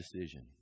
decision